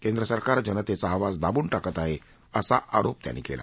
केंद्र सरकार जनतेचा आवाज दाबून टाकत आहे असा आरोप त्यांनी केला